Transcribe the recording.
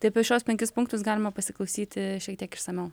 tai apie šiuos penkis punktus galima pasiklausyti šiek tiek išsamiau